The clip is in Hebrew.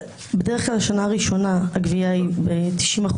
בדרך כלל בשנה הראשונה הגבייה היא ב-90%,